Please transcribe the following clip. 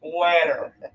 letter